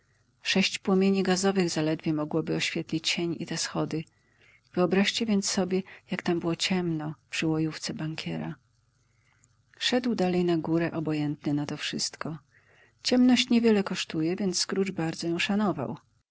sześć płomieni gazowych zaledwie mogłoby oświetlić sień i te schody wyobraźcie więc sobie jak tam było ciemno przy łojówce bankiera szedł dalej na górę obojętny na to wszystko ciemność niewiele kosztuje więc scrooge bardzo ją szanował